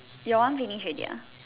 your one finish already ah